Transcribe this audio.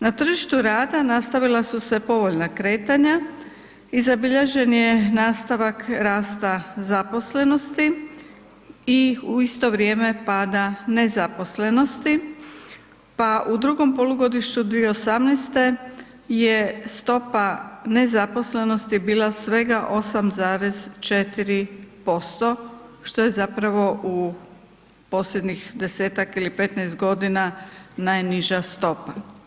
Na tržištu rada nastavila su se povoljna kretanja, i zabilježen je nastavak rasta zaposlenosti, i u isto vrijeme pada nezaposlenosti, pa u drugom polugodištu 2018.-te je stopa nezaposlenosti bila svega 8,4%, što je zapravo u posljednjih desetak ili petnaest godina najniža stopa.